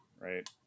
Right